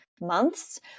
months